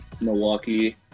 Milwaukee